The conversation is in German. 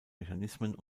mechanismen